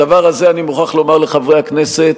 הדבר הזה, אני מוכרח לומר לחברי הכנסת,